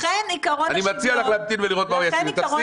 לכן עקרון השוויון קודם